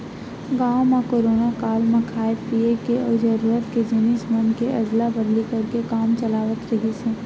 गाँव म कोरोना काल म खाय पिए के अउ जरूरत के जिनिस मन के अदला बदली करके काम चलावत रिहिस हे